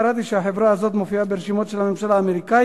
קראתי שהחברה הזו מופיעה ברשימות של הממשל האמריקני